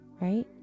right